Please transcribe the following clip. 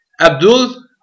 Abdul